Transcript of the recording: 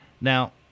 Now